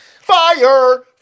fire